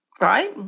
right